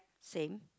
same